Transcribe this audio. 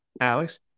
Alex